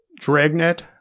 Dragnet